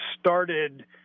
started